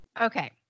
Okay